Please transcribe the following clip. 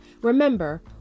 Remember